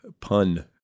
Pun